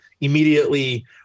immediately